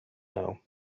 know